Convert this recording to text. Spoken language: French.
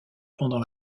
pendant